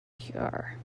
pure